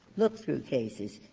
look through cases.